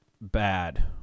bad